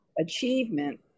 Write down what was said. achievement